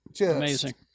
Amazing